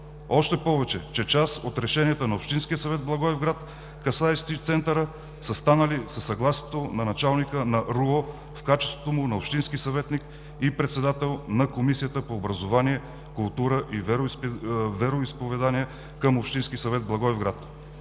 Още повече, че част от решенията на Общинския съвет Благоевград, касаещи Центъра, са станали със съгласието на началника на РУО в качеството му на общински съветник и председател на Комисията по образование, култура и вероизповедание към Общинския съвет в Благоевград.